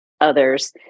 others